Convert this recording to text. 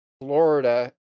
Florida